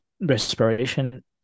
respiration